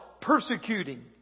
persecuting